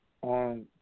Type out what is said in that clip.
on